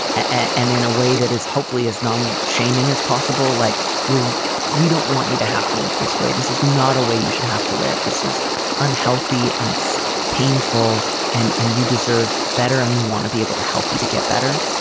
and in a way that is hopefully as non shaming as possible, like we're we don't want you to have to live this way. this is not a way you should have to live. this is unhealthy and it's painful and and you deserve better. and we want to be able to help you to get better.